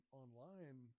online